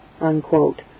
unquote